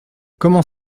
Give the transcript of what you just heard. comment